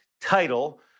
title